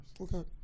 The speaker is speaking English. Okay